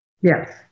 Yes